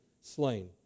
slain